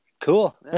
Cool